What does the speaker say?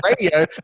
radio